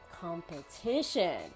competition